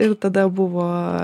ir tada buvo